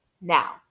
Now